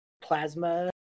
plasma